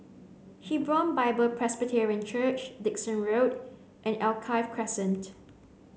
Hebron Bible Presbyterian Church Dickson Road and Alkaff Crescent